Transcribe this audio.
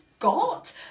Got